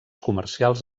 comercials